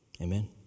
Amen